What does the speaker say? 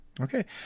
Okay